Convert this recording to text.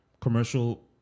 commercial